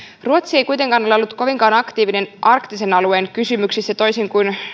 ruotsi ei kuitenkaan ole ollut kovinkaan aktiivinen arktisen alueen kysymyksissä toisin kuin